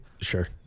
Sure